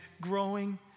growing